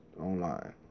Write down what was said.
online